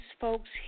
folks